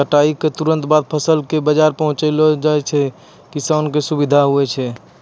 कटाई क तुरंत बाद फसल कॅ बाजार पहुंचैला सें किसान कॅ सुविधा होय छै